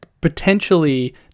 potentially